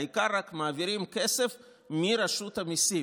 העיקר רק, מעבירים כסף מרשות המיסים.